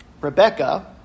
Rebecca